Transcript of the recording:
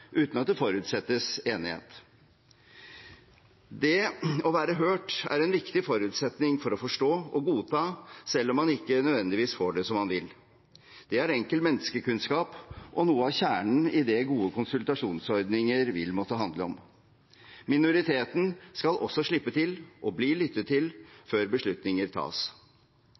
uten at det forutsettes enighet. Det å være hørt er en viktig forutsetning for å forstå og godta, selv om man ikke nødvendigvis får det som man vil. Det er enkel menneskekunnskap og noe av kjernen i det gode konsultasjonsordninger vil måtte handle om. Minoriteten skal også slippe til og bli lyttet til, før beslutninger tas.